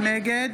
נגד